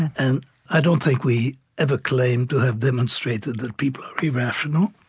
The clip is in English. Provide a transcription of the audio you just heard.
and i don't think we ever claimed to have demonstrated that people are irrational.